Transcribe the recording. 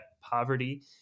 poverty